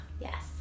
Yes